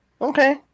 okay